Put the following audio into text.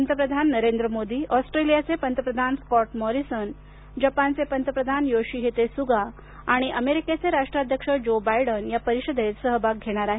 पंतप्रधान नरेंद्र मोदी ऑस्ट्रेलियाचे पंतप्रधान स्कॉट मॉरीसन जपानचे पंतप्रधान योशिहिदे सुगा आणि अमेरीकेचे राष्ट्राध्यक्ष ज्यो बायडन या परिषदेत सहभाग घेणार आहेत